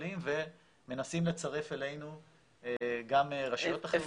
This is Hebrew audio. יכולים ומנסים לצרף אלינו גם רשויות אחרות.